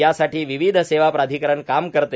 त्यासाठी विधी सेवा प्राधिकरण काम करते